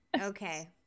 Okay